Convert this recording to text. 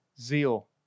zeal